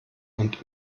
und